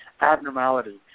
Abnormality